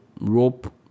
rope